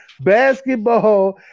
basketball